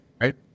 Right